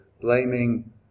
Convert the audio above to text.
blaming